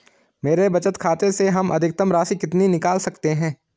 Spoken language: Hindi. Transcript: मेरे बचत खाते से हम अधिकतम राशि कितनी निकाल सकते हैं?